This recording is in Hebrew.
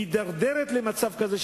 מידרדרת למצב כזה,